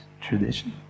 tradition